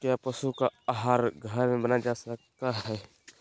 क्या पशु का आहार घर में बनाया जा सकय हैय?